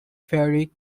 fairy